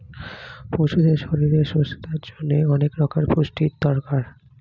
পশুদের শরীরের সুস্থতার জন্যে অনেক রকমের পুষ্টির দরকার